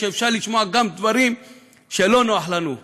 שאפשר לשמוע גם דברים שלא נוח לנו אתם.